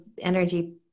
energy